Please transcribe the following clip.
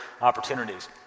opportunities